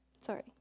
Sorry